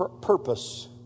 purpose